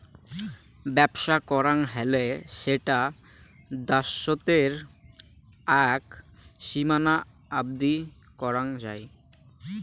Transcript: বেপছা করাং হৈলে সেটা দ্যাশোতের আক সীমানা অবদি করাং যাই